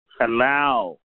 allow